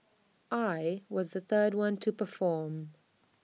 I was the third one to perform